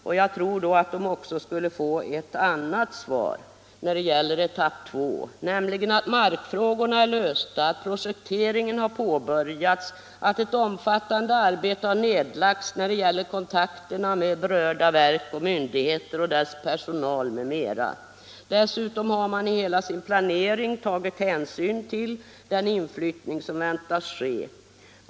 Svaret skulle då troligtvis bli ett annat när det gäller etapp 2, nämligen att markfrågorna är lösta, att projekteringen har påbörjats och att ett omfattande arbete har nedlagts beträffande kontakterna med berörda verk och myndigheter samt deras personal. Dessutom har kommunerna i hela sin planering tagit hänsyn till den inflyttning som väntas ske.